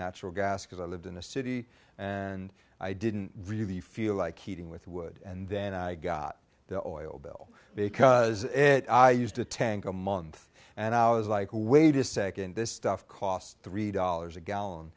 natural gas because i lived in a city and i didn't really feel like heating with wood and then i got the oil bill because i used a tank a month and i was like wait a second this stuff cost three dollars a gallon